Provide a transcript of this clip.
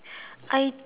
I